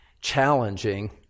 challenging